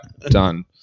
done